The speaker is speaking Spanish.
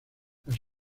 las